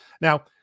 Now